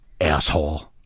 asshole